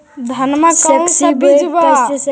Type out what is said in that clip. धनमा कौन सा बिजबा रोप हखिन?